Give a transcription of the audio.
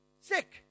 sick